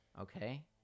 okay